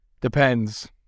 Depends